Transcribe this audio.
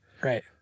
right